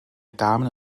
damen